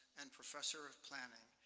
and professor of planning.